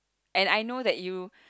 and I know that you